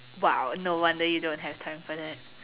!wow! no wonder you don't have time for that